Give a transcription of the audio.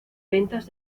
ventas